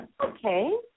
okay